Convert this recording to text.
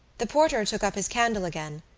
the porter took up his candle again,